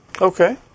Okay